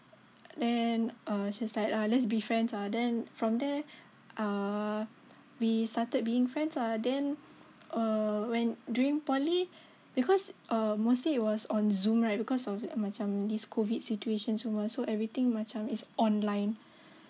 then uh she's like uh let's be friends ah then from there uh we started being friends ah then err when during poly because err mostly it was on Zoom right because of macam this COVID situation semua so everything macam is online